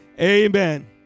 Amen